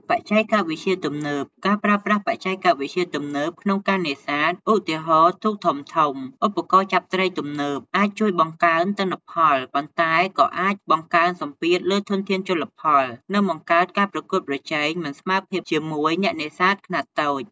បច្ចេកវិទ្យាទំនើប ការប្រើប្រាស់បច្ចេកវិទ្យាទំនើបក្នុងការនេសាទ ឧទាហរណ៍ ទូកធំៗ ឧបករណ៍ចាប់ត្រីទំនើប អាចជួយបង្កើនទិន្នផល ប៉ុន្តែក៏អាចបង្កើនសម្ពាធលើធនធានជលផល និងបង្កើតការប្រកួតប្រជែងមិនស្មើភាពជាមួយអ្នកនេសាទខ្នាតតូច។